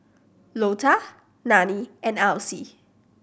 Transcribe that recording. Lota Nanie and Elsie